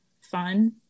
fun